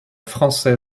français